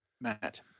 matt